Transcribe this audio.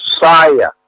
Messiah